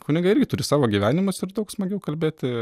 kunigai irgi turi savo gyvenimus ir daug smagiau kalbėti